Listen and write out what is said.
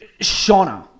Shauna